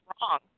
wrong